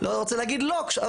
לא רוצה להגיד לוקש,